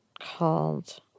called